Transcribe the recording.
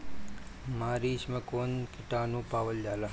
मारचाई मे कौन किटानु पावल जाला?